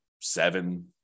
seven